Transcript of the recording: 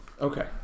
Okay